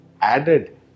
added